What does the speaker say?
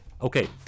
Okay